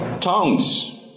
Tongues